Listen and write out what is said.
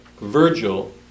Virgil